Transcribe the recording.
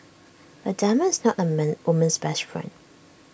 A diamond is not A man woman's best friend